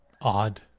odd